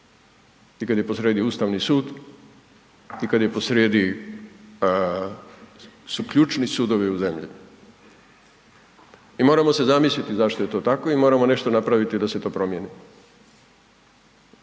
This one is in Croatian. I kad je posrijedi Ustavni sud i kad je posrijedi su ključni sudovi u zemlji i moramo se zamisliti zašto je to tako i moramo nešto napraviti da se to promjeni.